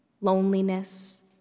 loneliness